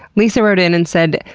lisa wrote in and said,